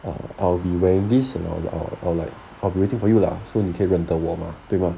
I will be wearing this and err I will I'll I'll like be waiting for you lah so 你可以认得我嘛对吧